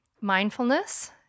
mindfulness